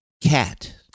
Cat